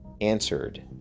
answered